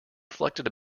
reflected